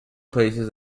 places